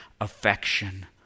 affection